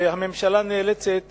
והממשלה נאלצת